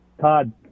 Todd